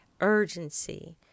urgency